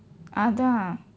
அதான்:athaan